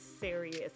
serious